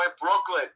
Brooklyn